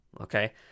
Okay